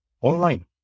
online